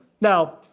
Now